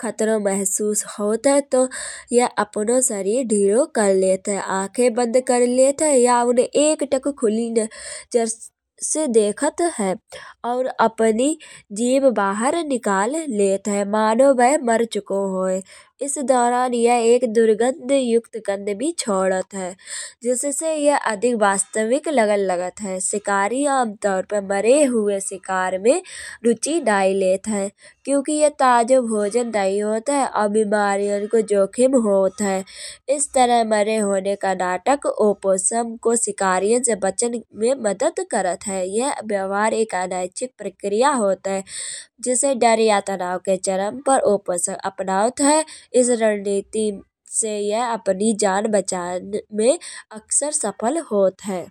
खतरो महसूस होत है तो ये अपनौ सरीर धीले कर लेत है। आंखे बंद कर लेत है या उन्हे एकटक खुली नज़र से देखत है। और अपनी जीभ बाहर निकाल लेत है मानो वह मर चुकौ होये। एस दौरान ये एक दुर्गंध युक्त गंध भी छोड़त है। जिससे ये अधिक वास्तविक लगन लागत है। सिकारी आम तौर पे मरे हुये सिकार में रुचि नाही लेत है। क्युकी ये ताजो भोजन नहीं होत है और बिमारियां को जोखिम होत है। एस तरह मरे होने का नाटक ऊपोषम को सिकारियां से बचन में मदद करत है। ये व्यवहार एक अनैतिक प्रक्रिया होत है। जिसे डर यत्नाओ के चरम पर ऊपोषम अपनौत है। एस रणनीति से ये अपनी जान बचान में कसर सफल होत है।